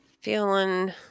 feeling